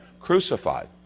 crucified